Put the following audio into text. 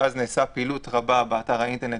שאז נעשתה פעילות רבה באתר האינטרנט